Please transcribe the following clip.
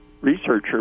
researcher